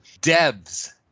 Debs